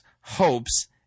hopes